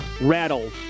rattle